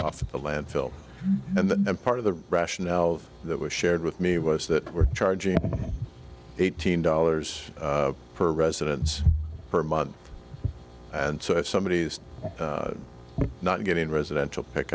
off at the landfill and then the part of the rationale that was shared with me was that we're charging eighteen dollars for residence per month and so if somebody is not getting residential pick